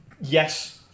Yes